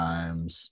Times